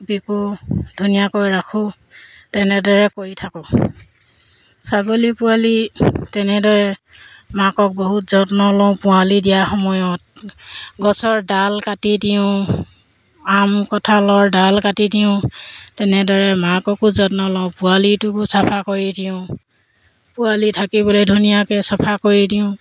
বিকো ধুনীয়াকৈ ৰাখো তেনেদৰে কৰি থাকোঁ ছাগলী পোৱালি তেনেদৰে মাকক বহুত যত্ন লওঁ পোৱালি দিয়াৰ সময়ত গছৰ ডাল কাটি দিওঁ আম কঁঠালৰ ডাল কাটি দিওঁ তেনেদৰে মাককো যত্ন লওঁ পোৱালিটোকো চাফা কৰি দিওঁ পোৱালি থাকিবলৈ ধুনীয়াকৈ চাফা কৰি দিওঁ